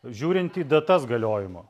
žiūrint į datas galiojimo